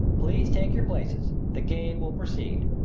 please take your places. the game will proceed.